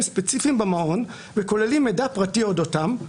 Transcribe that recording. ספציפיים במעון וכוללים מידע פרטי אודותיהם,